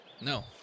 No